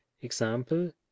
Example